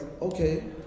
okay